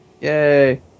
Yay